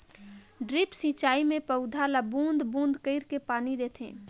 drip सिंचई मे पउधा ल बूंद बूंद कईर के पानी देथे